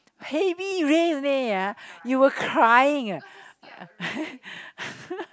heavy rain ah you were crying ah